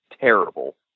terrible